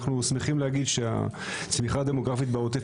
אנחנו שמחים להגיד שהצמיחה הדמוגרפית בעוטף